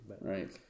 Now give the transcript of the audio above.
Right